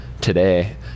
today